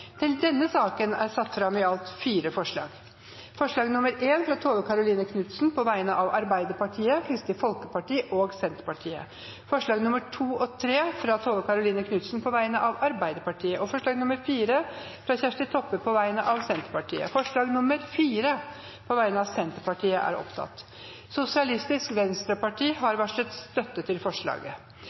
til andre gangs behandling i et senere møte i Stortinget. Under debatten er det satt fram i alt fire forslag. Det er forslag nr. 1, fra Tove Karoline Knutsen på vegne av Arbeiderpartiet, Kristelig Folkeparti og Senterpartiet forslagene nr. 2 og 3, fra Tove Karoline Knutsen på vegne av Arbeiderpartiet forslag nr. 4, fra Kjersti Toppe på vegne av Senterpartiet Det voteres først over forslag nr. 4, fra Senterpartiet. Forslaget